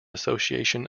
association